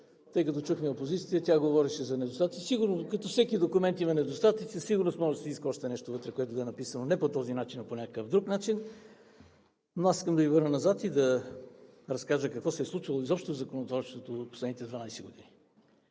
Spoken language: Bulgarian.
Чухме опозицията, тя говореше за недостатъци. Сигурно както във всеки документ има недостатъци, със сигурност може да се иска още нещо вътре, което да е написано не по този начин, а по някакъв друг начин. Но аз искам да Ви върна назад и да Ви кажа какво се е случило изобщо в законотворчеството в последните 12 години.